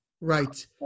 Right